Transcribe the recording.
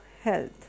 health